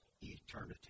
eternity